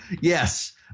Yes